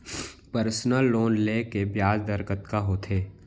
Personal loan ले के ब्याज दर कतका होथे?